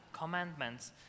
commandments